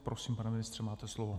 Prosím, pane ministře, máte slovo.